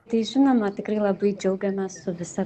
tai žinoma tikrai labai džiaugiamės su visa